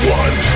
one